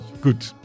good